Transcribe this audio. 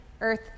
Earth